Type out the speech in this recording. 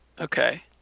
Okay